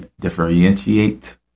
differentiate